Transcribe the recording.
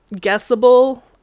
guessable